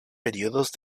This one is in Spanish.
períodos